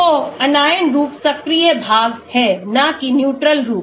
तो anion रूप सक्रिय भाग है नाकी न्यूट्रल रूप